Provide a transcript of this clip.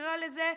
נקרא לזה,